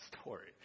story